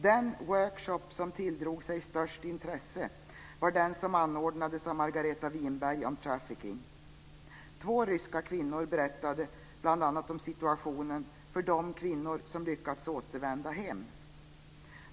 Den workshop som tilldrog sig störst intresse var den som anordnades av Margareta Winberg om trafficking. Två ryska kvinnor berättade bl.a. om situationen för de kvinnor som lyckats återvända hem.